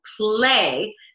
play